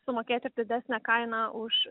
sumokėti didesnę kainą už